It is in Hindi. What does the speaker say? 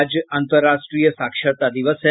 आज अंतर्राष्ट्रीय साक्षरता दिवस है